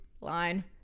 line